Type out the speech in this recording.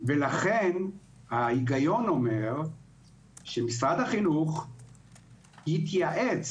ולכן ההיגיון אומר שמשרד החינוך יתייעץ